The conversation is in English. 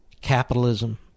Capitalism